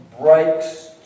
breaks